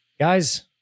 Guys